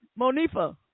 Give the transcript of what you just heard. Monifa